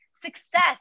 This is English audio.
success